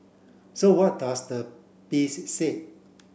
so what does the piece say